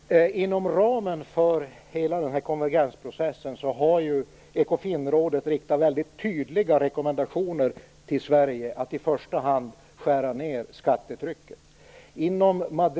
Herr talman! Inom ramen för hela konvergensprocessen har Ekofinrådet riktat väldigt tydliga rekommendationer till Sverige att i första hand skära ned skattetrycket.